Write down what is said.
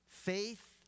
Faith